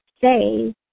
say